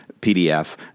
PDF